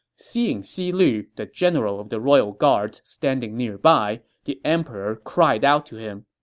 seeing xi lu, the general of the royal guards, standing nearby, the emperor cried out to him,